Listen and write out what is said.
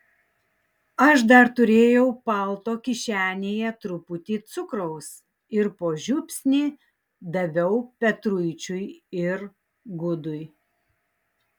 aš dar turėjau palto kišenėje truputį cukraus ir po žiupsnį daviau petruičiui ir gudui